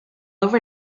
over